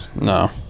No